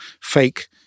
fake